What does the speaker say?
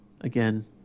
Again